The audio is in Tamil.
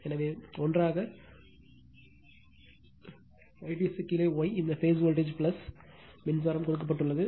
எனவே ஒன்றாக Yts கீழே Y இந்த பேஸ் வோல்டேஜ் மின்சாரம் கொடுக்கப்பட்டுள்ளது